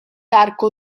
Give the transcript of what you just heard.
arco